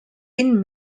been